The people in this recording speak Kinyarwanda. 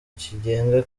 kigega